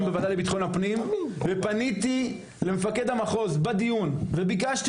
בוועדה לביטחון הפנים ופניתי למפקד המחוז בדיון וביקשתי